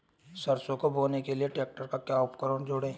सरसों को बोने के लिये ट्रैक्टर पर क्या उपकरण जोड़ें?